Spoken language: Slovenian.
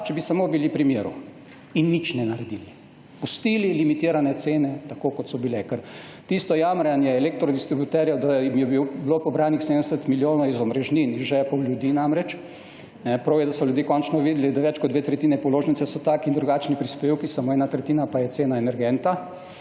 če bi samo bili pri miru in nič ne naredili. Pustili limitirane cene, tako kot so bile. Ker tisto jamranje elektro distributerjev, da jim je bilo pobranih 70 milijonov iz omrežnin, iz žepov ljudi namreč, kajne, prav je, da so ljudje končno videli, da več kot dve tretjini položnice so taki in drugačni prispevki, samo ena tretjina pa je cena energenta.